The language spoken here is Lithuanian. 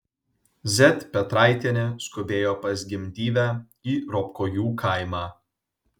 z petraitienė skubėjo pas gimdyvę į ropkojų kaimą